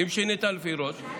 אם שינית לפי ראש,